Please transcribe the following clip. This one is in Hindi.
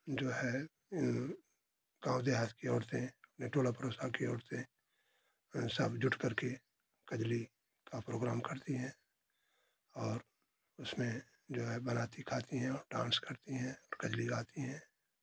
जो है गाँव देहात की औरतें नेटोला की औरतें सब जुटकर के कजरी का प्रोग्राम करती हैं और उसमें जो है बनाती खाती हैं और डांस करती हैं कजरी गाती हैं